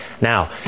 now